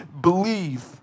believe